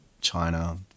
China